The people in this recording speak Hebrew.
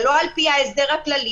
ולא על פי האזור הכללי,